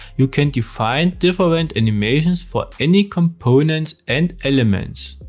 you can define different animations for any component and elements.